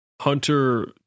Hunter